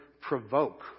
provoke